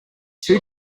two